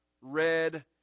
red